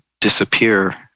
disappear